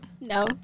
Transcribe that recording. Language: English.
No